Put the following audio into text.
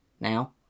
Now